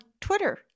twitter